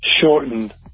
shortened